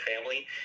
family